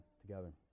together